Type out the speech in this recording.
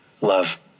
love